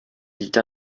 été